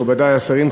מכובדי השרים,